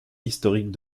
historiques